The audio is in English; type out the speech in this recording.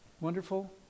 Wonderful